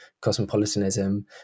cosmopolitanism